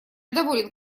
доволен